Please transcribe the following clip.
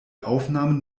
aufnahmen